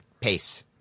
Pace